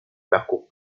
parcours